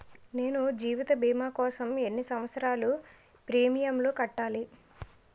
నేను జీవిత భీమా కోసం ఎన్ని సంవత్సారాలు ప్రీమియంలు కట్టాలి?